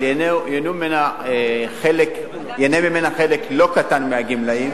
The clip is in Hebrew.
אבל ייהנה ממנה חלק לא קטן מהגמלאים,